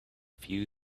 few